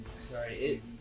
Sorry